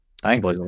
thanks